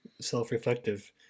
self-reflective